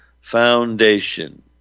Foundation